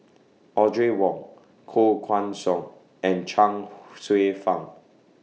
Audrey Wong Koh Guan Song and Chuang Hsueh Fang